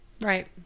Right